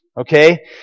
okay